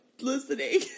listening